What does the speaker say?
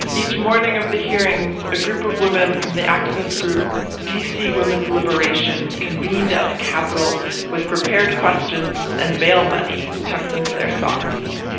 each morning of the hearings, a group of women from the activist group dc women's liberation convened at the capitol with prepared questions and bail money tucked into their socks.